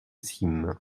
cimes